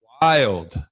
wild